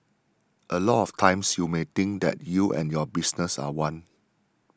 a lot of times you may think that you and your business are one